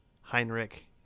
Heinrich